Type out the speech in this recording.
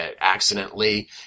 accidentally